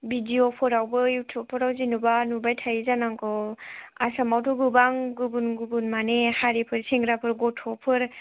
भिडिय'फोरावबो युटुबफोराव जेनेबा नुबाय थायो जानांगौ आसामावथ' गोबां गुबुन गुबुन माने हारिफोर सेंग्राफोर गथ'फोर